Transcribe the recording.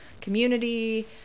community